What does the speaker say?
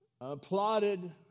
applauded